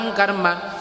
karma